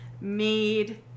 made